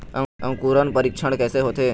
अंकुरण परीक्षण कैसे होथे?